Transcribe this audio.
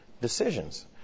decisions